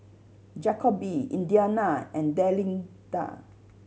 Jacoby Indiana and Delinda